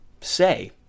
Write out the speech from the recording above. say